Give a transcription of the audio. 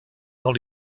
dans